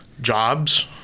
jobs